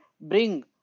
bring